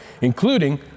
including